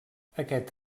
aquest